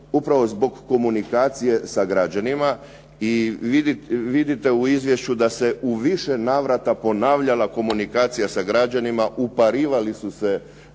upravo zbog komunikacije sa građanima i vidite u izvješću da se u više navrata ponavljala komunikacija sa građanima, uparivali su se